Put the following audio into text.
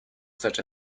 such